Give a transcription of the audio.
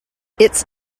its